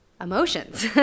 emotions